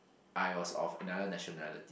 I was of another nationality